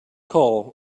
call